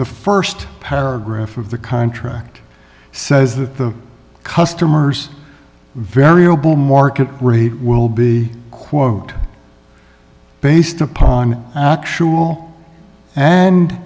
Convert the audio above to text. the st paragraph of the contract says the customer's variable market rate will be quote based upon actual and